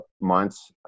months